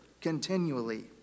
continually